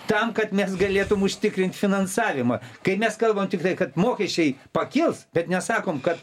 tam kad mes galėtum užtikrint finansavimą kai mes kalbam tiktai kad mokesčiai pakils bet nesakom kad